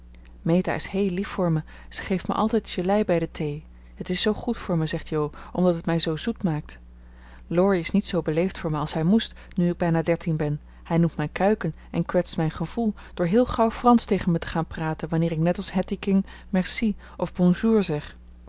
meta is heel lief voor me ze geeft mij altijd jelei bij de thee het is zoo goed voor me zegt jo omdat het mij zoo zoet maakt laurie is niet zoo beleefd voor me als hij moest nu ik bijna dertien ben hij noemt mij kuiken en kwetst mijn gevoel door heel gauw fransch tegen me te gaan praten wanneer ik net als hattie king merci of bonjour zeg